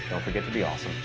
don't forget to be awesome.